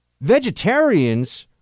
Vegetarians